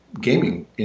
gaming